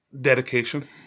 Dedication